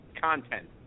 content